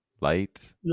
light